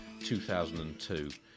2002